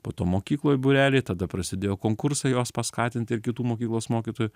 po to mokykloj būreliai tada prasidėjo konkursai jos paskatinti ir kitų mokyklos mokytojų